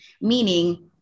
Meaning